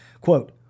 Quote